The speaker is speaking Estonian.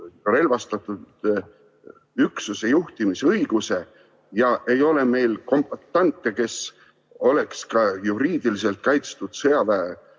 relvastatud üksuse juhtimise õiguse, ja ei ole meil kombatante, kes oleks ka juriidiliselt kaitstud sõjaväelise